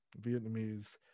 vietnamese